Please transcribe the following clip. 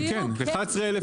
הנה, כן, 11,000 שקל.